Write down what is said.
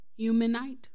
Humanite